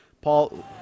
Paul